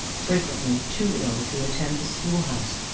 frequently, too ill to attend the schoolhouse.